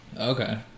Okay